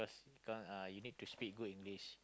come uh you need to speak good English